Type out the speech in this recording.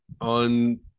on